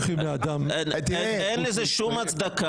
אין לזה כל הצדקה.